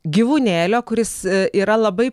gyvūnėlio kuris yra labai